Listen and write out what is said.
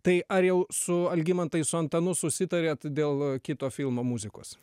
tai ar jau su algimantai su antanu susitarėt dėl kito filmo muzikos